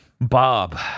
Bob